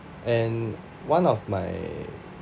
and one of my